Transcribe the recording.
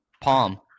Palm